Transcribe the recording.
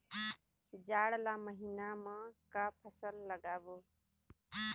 जाड़ ला महीना म का फसल लगाबो?